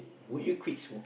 would you quit smoke